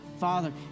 Father